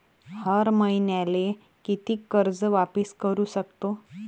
हर मईन्याले कितीक कर्ज वापिस करू सकतो?